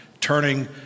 turning